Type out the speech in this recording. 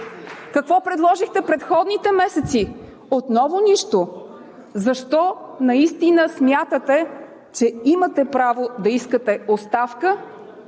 Какво предложихте предходните месеци? Отново нищо. Защо смятате, че имате право да искате оставка?